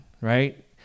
right